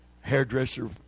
hairdresser